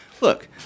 look